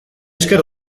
esker